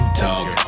talk